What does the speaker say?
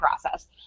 process